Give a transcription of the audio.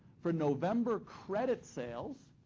for november credit sales,